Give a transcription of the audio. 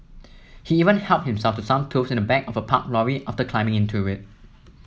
he even helped himself to some tools in the back of a parked lorry after climbing into it